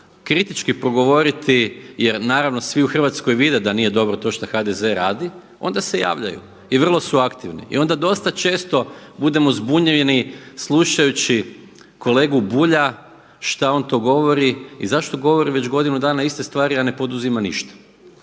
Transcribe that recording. kritički progovoriti jer naravno svi u Hrvatskoj vide da nije dobro to što HDZ radi onda se javljaju i vrlo su aktivni i onda dosta često budemo zbunjeni slušajući kolegu Bulja šta on to govori i zašto govori već godinu dana iste stvari, a ne poduzima ništa